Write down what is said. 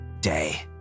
day